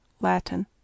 Latin